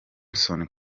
typhoon